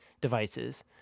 devices